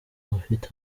bafite